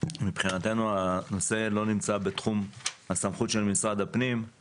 מבחינתנו הנושא לא נמצא בתחום הסמכות של משרד הפנים.